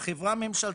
החברה הממשלתית,